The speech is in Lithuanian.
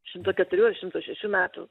šimto keturių ar šimto šešių metų